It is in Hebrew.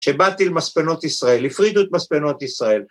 כ‫שבאתי למספנות ישראל, ‫הפרידו את מספנות ישראל.